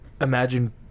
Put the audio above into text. Imagine